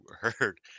heard